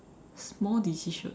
small decision